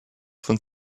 von